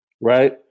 right